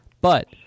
But-